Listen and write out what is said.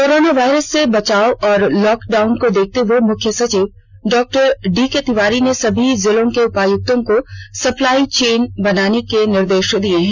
corona virus से बचाव और लॉकडाउन को देखते हए मुख्य सचिव डॉक्टर डीके तिवारी ने सभी जिलों के उपायुक्तों को सप्लाई चेन बनाने के निर्देष दिए हैं